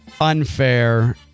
unfair